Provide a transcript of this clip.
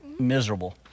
miserable